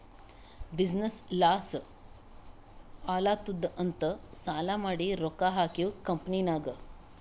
business loss ಆಲಾತ್ತುದ್ ಅಂತ್ ಸಾಲಾ ಮಾಡಿ ರೊಕ್ಕಾ ಹಾಕಿವ್ ಕಂಪನಿನಾಗ್